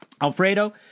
Alfredo